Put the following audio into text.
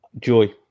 Joy